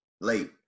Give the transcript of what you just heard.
late